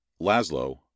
Laszlo